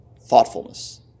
thoughtfulness